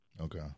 Okay